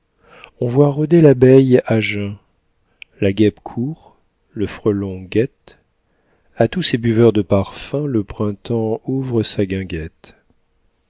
on voit rôder l'abeille à jeun la guêpe court le frelon guette a tous ces buveurs de parfum le printemps ouvre sa guinguette